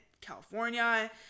california